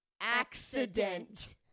accident